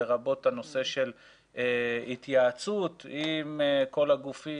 לרבות הנושא של התייעצות עם כל הגופים,